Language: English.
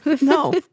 No